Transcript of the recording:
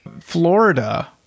Florida